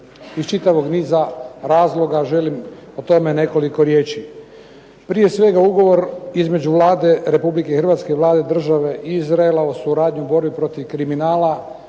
Iz čitavog niza razloga želim o tome nekoliko riječi. Prije svega ugovor između Vlade Republike Hrvatske i Vlade Države Izraela u suradnji u borbi protiv kriminala